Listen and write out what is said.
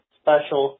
special